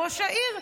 ראש העיר,